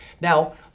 Now